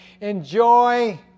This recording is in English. Enjoy